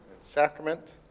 sacrament